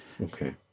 Okay